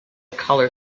color